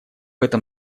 этом